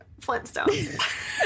Flintstones